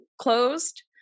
closed